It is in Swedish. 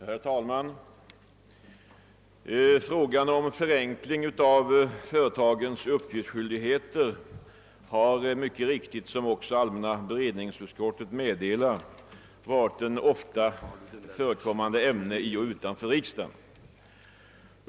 Herr talman! Frågan om förenkling av företagens uppgiftsskyldigheter har, som också allmänna beredningsutskottet meddelar, varit ett ofta förekommande ämne i och utanför riksdagen.